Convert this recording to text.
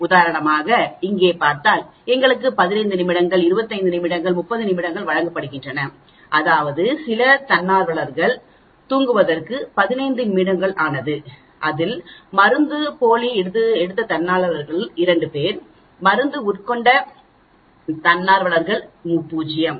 உதாரணமாக இங்கே பார்த்தால் எங்களுக்கு 15 நிமிடங்கள் 25 நிமிடங்கள் 30 நிமிடங்கள் வழங்கப்படுகின்றன அதாவது சில தன்னார்வலர்கள் தூங்க 15 நிமிடங்கள் ஆனது அதில் மருந்துப்போலி எடுத்த தன்னார்வலர்கள் இரண்டு பேர் மருந்து உட்கொண்ட தன்னார்வலர்கள் 0